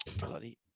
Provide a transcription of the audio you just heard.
Bloody